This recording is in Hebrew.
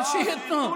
אבל שייתנו,